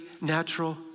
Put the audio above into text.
natural